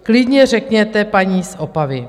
Klidně řekněte paní z Opavy.